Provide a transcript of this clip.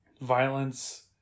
Violence